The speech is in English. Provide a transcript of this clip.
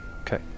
Okay